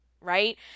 right